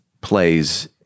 plays